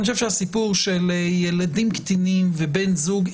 אני חושב שהסיפור של ילדים קטינים ובן זוג,